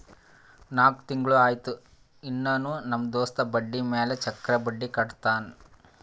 ನಾಕ್ ತಿಂಗುಳ ಆಯ್ತು ಇನ್ನಾನೂ ನಮ್ ದೋಸ್ತ ಬಡ್ಡಿ ಮ್ಯಾಲ ಚಕ್ರ ಬಡ್ಡಿ ಕಟ್ಟತಾನ್